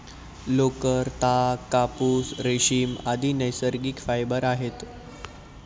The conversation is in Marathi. लोकर, ताग, कापूस, रेशीम, आदि नैसर्गिक फायबर आहेत